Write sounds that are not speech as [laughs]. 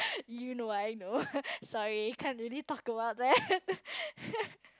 you know I know [laughs] sorry can't really talk about that [laughs]